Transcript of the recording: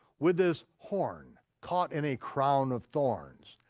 with his horn caught in a crown of thorns,